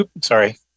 sorry